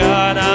God